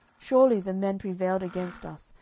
surely the men prevailed against us,